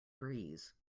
breeze